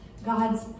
God's